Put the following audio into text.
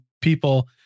people